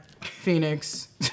Phoenix